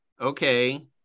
Okay